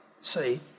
See